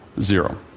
zero